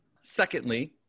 Secondly